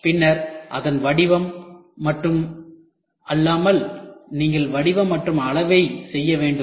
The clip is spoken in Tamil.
பின்னர் அதன் வடிவம் மட்டும் அல்லாமல் நீங்கள் வடிவம் மற்றும் அளவைச் செய்ய வேண்டும்